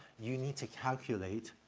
you need to calculate,